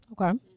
Okay